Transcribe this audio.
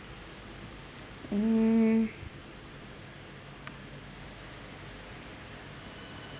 hmm